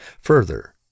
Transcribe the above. Further